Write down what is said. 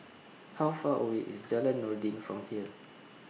How Far away IS Jalan Noordin from here